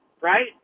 right